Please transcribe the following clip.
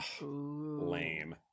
Lame